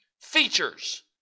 features